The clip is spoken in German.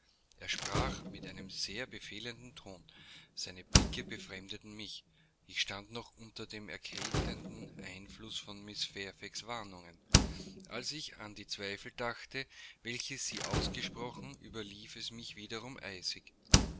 er sprach in einem sehr befehlenden ton seine blicke befremdeten mich ich stand noch unter dem erkältenden einfluß von mrs fairfaxs warnungen als ich an die zweifel dachte welche sie ausgesprochen überlief es mich wiederum eisig